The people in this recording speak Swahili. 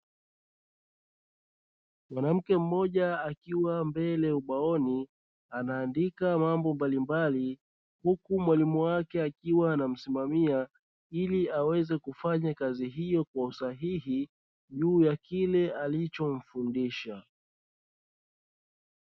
Mwanafunzi Mmoja akiwa mbele ubaoni, anaandika mambo mbalimbali huku mwalimu wake akiwa anamsimamia ili aweze kufanya kazi hiyo kwa usahihi juu ya kile alichomfundisha.